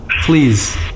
please